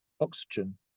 oxygen